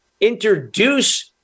introduce